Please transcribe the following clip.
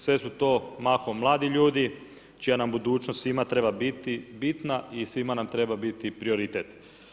Sve su to mahom mladi ljudi čija nam budućnost svima treba biti bitna i svima nam treba biti prioritet.